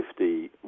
50